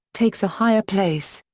takes a higher place.